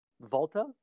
Volta